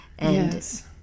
Yes